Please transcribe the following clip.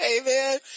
Amen